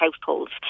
households